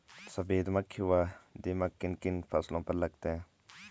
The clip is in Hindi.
सफेद मक्खी व दीमक किन किन फसलों पर लगते हैं?